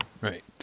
Right